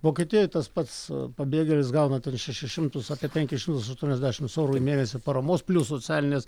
vokietijoj tas pats pabėgėlis gauna ten šešis šimtus apie penkis šimtus aštuoniasdešimt eurų į mėnesį paramos plius socialines